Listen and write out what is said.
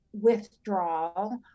withdrawal